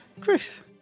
Chris